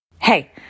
Hey